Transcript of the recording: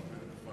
בכפר.